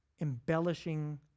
embellishing